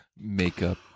Makeup